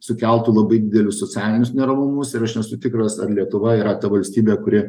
sukeltų labai didelius socialinius neramumus ir aš nesu tikras ar lietuva yra ta valstybė kuri